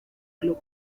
club